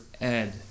Ed